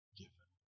given